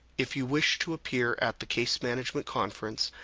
if you wish to appear at the case management conference,